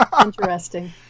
interesting